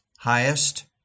Highest